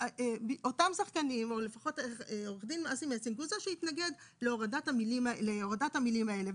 אותם שחקנים או לפחות עו"ד אסי מסינג הוא זה שהתנגד להורדת המילים האלה,